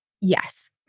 yes